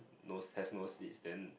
no has no seats then